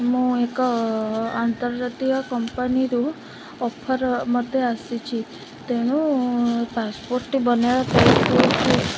ମୁଁ ଏକ ଆନ୍ତର୍ଜାତୀୟ କମ୍ପାନୀରୁ ଅଫର୍ ମୋତେ ଆସିଛି ତେଣୁ ପାସ୍ପୋର୍ଟ୍ଟି ବନେଇବା ପାଇଁ